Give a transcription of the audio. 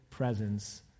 presence